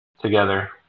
together